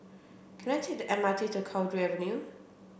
can I take the M R T to Cowdray Avenue